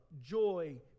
joy